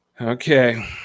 Okay